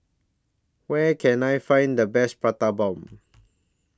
Where Can I Find The Best Prata Bomb